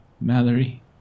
Mallory